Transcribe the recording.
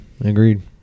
Agreed